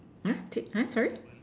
!huh! take !huh! sorry